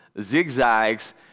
zigzags